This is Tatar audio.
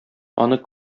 аны